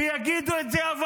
אבל שיגידו את זה.